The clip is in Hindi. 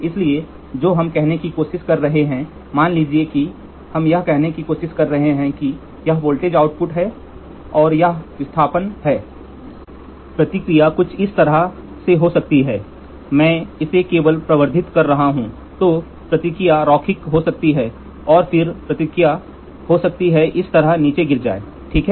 इसलिए जो हम कहने की कोशिश कर रहे हैं मान लीजिए कि हम यह कहने की कोशिश करें कि यह वोल्टेज आउटपुट है और यह विस्थापन है प्रतिक्रिया कुछ इस तरह से हो सकती है मैं इसे केवल प्रवर्धित कर रहा हूं तो प्रतिक्रिया रैखिक हो सकती है और फिर प्रतिक्रिया हो सकती है इस तरह नीचे गिर जाए ठीक है